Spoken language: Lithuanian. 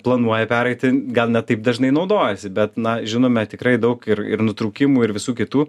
planuoja pereiti gal ne taip dažnai naudojasi bet na žinome tikrai daug ir ir nutrūkimų ir visų kitų